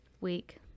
week